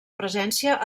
presència